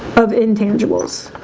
of intangibles